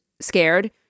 scared